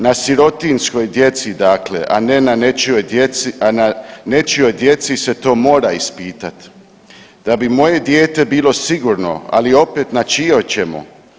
Na sirotinjskoj djeci, dakle, a ne na nečijoj djeci, a na nečijoj djeci se to mora ispitati da bi moje dijete bilo sigurno, ali opet, na čijoj ćemo?